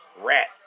rat